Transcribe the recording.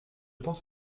pense